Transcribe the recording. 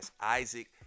Isaac